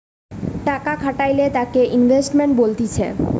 টাকা খাটাইলে তাকে ইনভেস্টমেন্ট বলতিছে